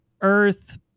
earth